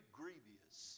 grievous